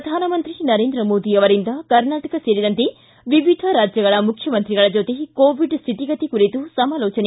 ಪ್ರಧಾನಮಂತ್ರಿ ನರೇಂದ್ರ ಮೋದಿ ಅವರಿಂದ ಕರ್ನಾಟಕ ಸೇರಿದಂತೆ ವಿವಿಧ ರಾಜ್ಯಗಳ ಮುಖ್ಯಮಂತ್ರಿಗಳ ಜೊತೆ ಕೋವಿಡ್ ಸ್ಹಿತಿಗತಿ ಕುರಿತು ಸಮಾಲೋಚನೆ